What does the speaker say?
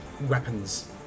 weapons